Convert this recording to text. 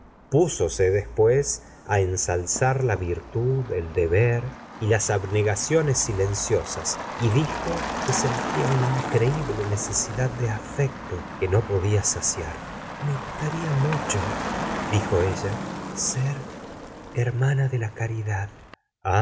púsose después á ensalzar la virtud el deber y las abnegaciones silenciosas y dijo que sentía una increíble necesidad de afecto que no podia saciar me gustaría mucho dijo ella ser hermana de la caridad